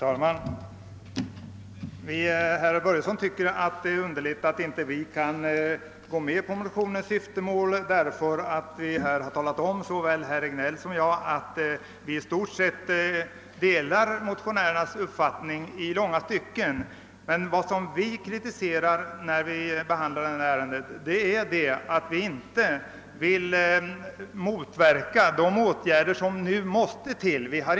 Herr talman! Herr Börjesson i Glömminge tycker att det är underligt att vi inte kan gå med på motionens syftemål när både herr Regnéll och jag omtalat att vi i stort sett i långa stycken delar motionärernas uppfattning. Vad vi vänder oss mot är att vi inte vill uppskjuta beslut i frågor som är aktuella.